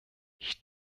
ich